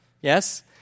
Yes